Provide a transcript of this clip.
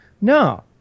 No